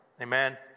Amen